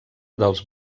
dels